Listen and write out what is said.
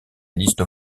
liste